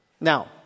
Now